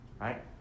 right